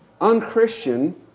unchristian